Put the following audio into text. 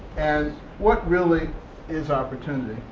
and what really is opportunity?